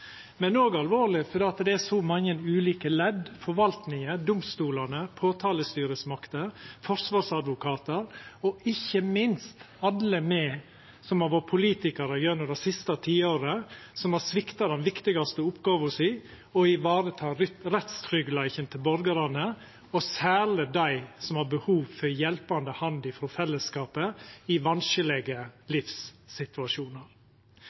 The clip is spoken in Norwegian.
Men ho er òg alvorleg fordi det er så mange ulike ledd – forvalting, domstolar, påtalestyresmakter, forsvarsadvokatar og ikkje minst alle me som har vore politikarar gjennom det siste tiåret – som har svikta den viktigaste oppgåva si: å ivareta rettstryggleiken til borgarane, og særleg dei som har behov for ei hjelpande hand frå fellesskapen i vanskelege